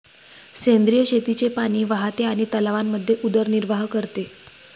सेंद्रिय शेतीचे पाणी वाहते आणि तलावांमध्ये उदरनिर्वाह करते